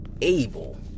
able